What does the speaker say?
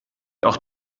auch